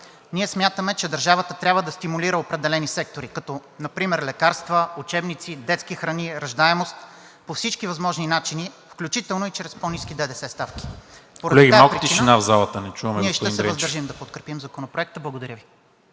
Ние смятаме, че държавата трябва да стимулира определени сектори, като например лекарства, учебници, детски храни, раждаемост по всички възможни начини, включително и чрез по-ниски ДДС ставки. Поради тази причина ние ще се въздържим да подкрепим Законопроекта. Благодаря Ви.